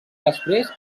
després